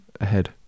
ahead